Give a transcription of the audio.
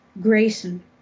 Grayson